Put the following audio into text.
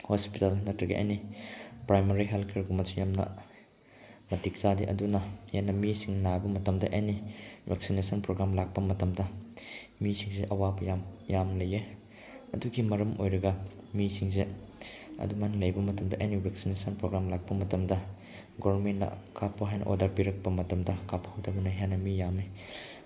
hospital ꯅꯠꯇ꯭ꯔꯒ any primary health ꯀꯤꯌꯔꯒꯨꯝꯕꯁꯨ ꯌꯥꯝꯅ ꯃꯇꯤꯛ ꯆꯥꯗꯦ ꯑꯗꯨꯅ ꯍꯦꯟꯅ ꯃꯤꯁꯤꯡ ꯅꯥꯕ ꯃꯇꯝꯗ ꯑꯦꯅꯤ ꯚꯦꯛꯁꯤꯅꯦꯁꯟ ꯄ꯭ꯔꯣꯒ꯭ꯔꯥꯝ ꯂꯥꯛꯄ ꯃꯇꯝꯗ ꯃꯤꯁꯤꯡꯁꯦ ꯑꯋꯥꯕ ꯌꯥꯝ ꯌꯥꯝ ꯂꯩꯌꯦ ꯑꯗꯨꯒꯤ ꯃꯔꯝ ꯑꯣꯏꯔꯒ ꯃꯤꯁꯤꯡꯁꯦ ꯑꯗꯨꯃꯥꯏꯅ ꯂꯩꯕ ꯃꯇꯝꯗ ꯑꯦꯅꯤ ꯚꯦꯛꯁꯤꯅꯦꯁꯟ ꯄ꯭ꯔꯣꯒ꯭ꯔꯥꯝ ꯂꯥꯛꯄ ꯃꯇꯝꯗ ꯒꯣꯕꯔꯃꯦꯟꯅ ꯀꯥꯞꯄꯣ ꯍꯥꯏꯅ ꯑꯣꯗꯔ ꯄꯤꯔꯛꯄ ꯃꯇꯝꯗ ꯀꯥꯞꯐꯧꯗꯕꯅ ꯍꯦꯟꯅ ꯃꯤ ꯌꯥꯝꯃꯤ